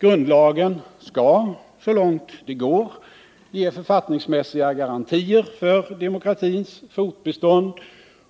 Grundlagen skall så långt det går ge författningsmässiga garantier för demokratins fortbestånd